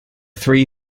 three